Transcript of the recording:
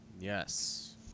Yes